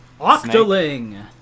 Octoling